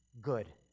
good